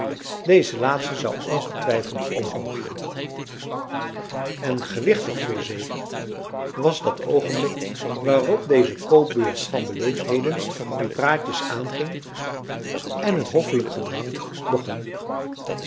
deze laatste zou ongetwijfeld omhoog gaan en gewichtig voorzeker was dat oogenblik waarop deze koopbeurs van beleefdheden en praatjes aanging en het hoffelijk gedrang begon